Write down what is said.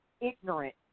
ignorant